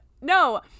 no